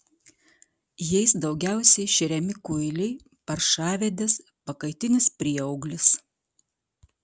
jais daugiausiai šeriami kuiliai paršavedės pakaitinis prieauglis